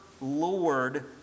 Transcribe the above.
Lord